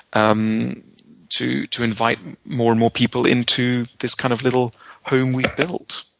um to to invite more and more people into this kind of little home we've built.